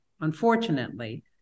unfortunately